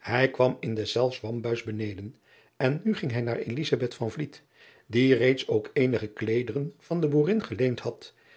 ij kwam in deszelfs wambuis beneden en nu ging hij naar die reeds ook eenige kleederen van de boerin geleend had